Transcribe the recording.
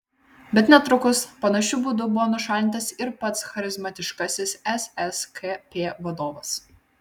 bet netrukus panašiu būdu buvo nušalintas ir pats charizmatiškasis sskp vadovas